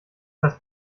das